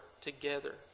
together